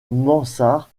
mansart